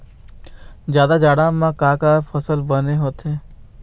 जादा जाड़ा म का का फसल बने होथे?